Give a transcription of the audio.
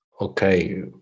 okay